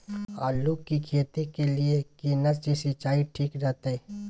आलू की खेती के लिये केना सी सिंचाई ठीक रहतै?